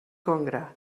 congre